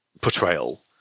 portrayal